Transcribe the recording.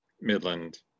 Midland